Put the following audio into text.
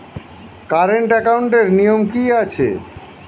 Current একাউন্টের নিয়ম কী আছে?